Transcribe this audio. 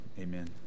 amen